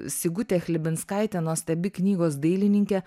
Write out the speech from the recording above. sigutė chlebinskaitė nuostabi knygos dailininkė